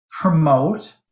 promote